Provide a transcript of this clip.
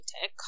tech